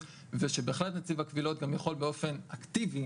ושבהחלט נציב הקבילות גם יכול באופן אקטיבי